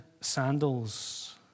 sandals